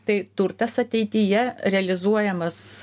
tai turtas ateityje realizuojamas